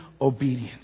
obedience